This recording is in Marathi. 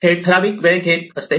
हे एक ठराविक वेळ घेत असते